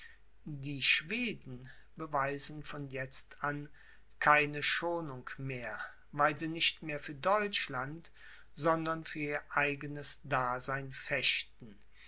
die schweden beweisen von jetzt an keine schonung mehr weil sie nicht mehr für deutschland sondern für ihr eigenes dasein fechten